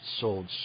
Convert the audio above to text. sold